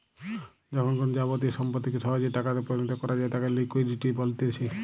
যখন কোনো যাবতীয় সম্পত্তিকে সহজে টাকাতে পরিণত করা যায় তাকে লিকুইডিটি বলতিছে